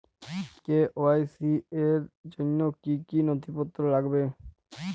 KYC র জন্য কি কি নথিপত্র লাগবে?